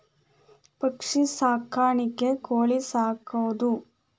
ಪಕ್ಷಿ ಸಾಕಾಣಿಕೆ ಕೋಳಿ ಸಾಕುದು